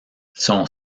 son